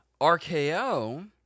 RKO